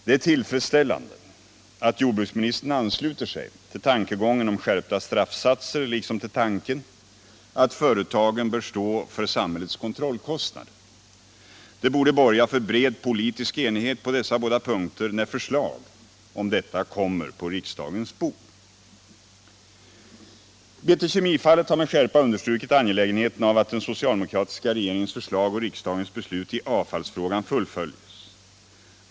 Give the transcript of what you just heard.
Det är tillfredsställande att jordbruksministern ansluter sig till tankegången om skärpta straffsatser liksom till tanken att företagen bör stå för samhällets kontrollkostnader. Det borde borga för bred politisk enighet på dessa båda punkter när förslag om detta kommer på riksdagens bord. BT Kemi-fallet har med skärpa understrukit angelägenheten av att den socialdemokratiska regeringens förslag och riksdagens beslut i avfallsfrågan fullföljs.